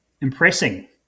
impressing